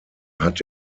hat